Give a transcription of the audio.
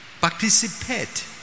Participate